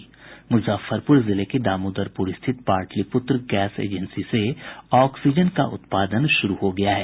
मुजफ्फरपुर जिले के दामोदरपुर स्थित पाटलिपुत्र गैस एजेंसी से ऑक्सीजन का उत्पादन शुरू हो गया है